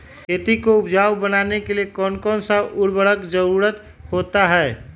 खेती को उपजाऊ बनाने के लिए कौन कौन सा उर्वरक जरुरत होता हैं?